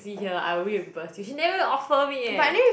a taxi here I'll reimburse she never even offer me eh